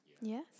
Yes